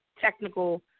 technical